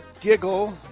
giggle